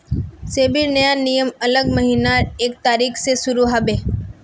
सेबीर नया नियम अगला महीनार एक तारिक स शुरू ह बे